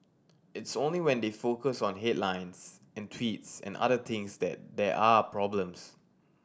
it's only when they focus on headlines and tweets and other things that there are problems